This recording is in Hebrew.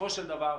בסופו של דבר,